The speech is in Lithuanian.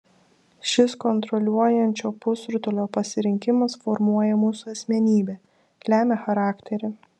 šis kontroliuojančio pusrutulio pasirinkimas formuoja mūsų asmenybę lemia charakterį